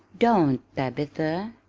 don't, tabitha!